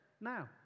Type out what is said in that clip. now